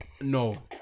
No